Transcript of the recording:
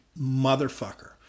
Motherfucker